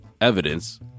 evidence